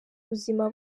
ubuzima